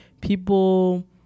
people